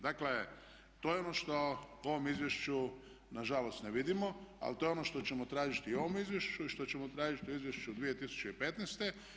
Dakle, to je ono što u ovom izvješću nažalost ne vidimo, ali to je ono što ćemo tražiti u ovom izvješću i što ćemo tražiti u izvješću 2015.